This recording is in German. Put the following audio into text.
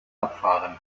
abfahren